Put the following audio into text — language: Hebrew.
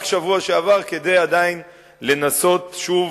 רק בשבוע שעבר, כדי לנסות שוב,